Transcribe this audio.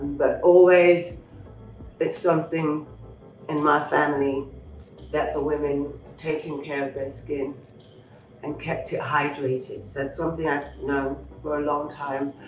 but always that's something in my family that the women taking care of their skin and kept it hydrated. so that's one thing i've known for a long time,